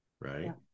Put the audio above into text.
right